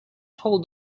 hold